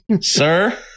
Sir